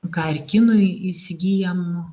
ką ir kinui įsigyjam